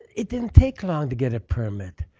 it didn't take long to get a permit.